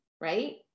right